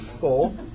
four